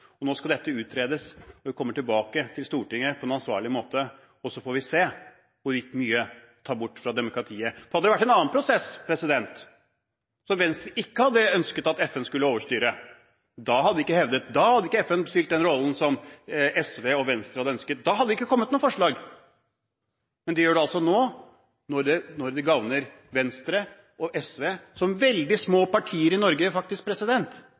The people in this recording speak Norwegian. Nå skal dette utredes. Det kommer tilbake til Stortinget på en ansvarlig måte, og så får vi se hvor mye som tas bort fra demokratiet. Hadde det vært en annen prosess, som Venstre ikke hadde ønsket at FN skulle overstyre, hadde ikke FN spilt den rollen som SV og Venstre hadde ønsket, da hadde det ikke kommet noe forslag. Men det gjør det altså nå når det gagner Venstre og SV, som er veldig små partier i Norge,